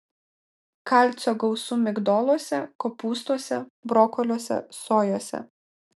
kalcio gausu migdoluose kopūstuose brokoliuose sojose